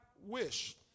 wish